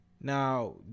Now